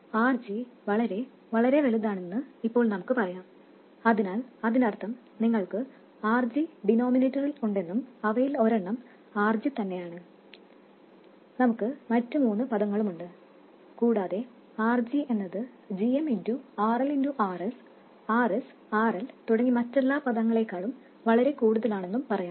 RG വളരെ വളരെ വളരെ വലുതാണെന്ന് ഇപ്പോൾ നമുക്ക് പറയാം അതിനാൽ അതിനർത്ഥം നിങ്ങൾക്ക് RG ഡിനോമിനേറ്ററിൽ ഉണ്ടെന്നും അവയിൽ ഒരെണ്ണം RG തന്നെയാണ് നമുക്ക് മറ്റ് മൂന്ന് പദങ്ങളുമുണ്ട് കൂടാതെ RG എന്നത് gm RLRs Rs RL തുടങ്ങി മറ്റെല്ലാ പദങ്ങളേക്കാളും വളരെ കൂടുതലാണെന്നും പറയാം